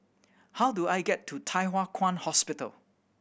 how do I get to Thye Hua Kwan Hospital